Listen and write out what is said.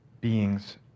beings